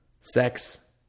sex